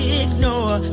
ignore